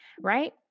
Right